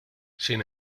sin